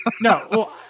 no